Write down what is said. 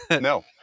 No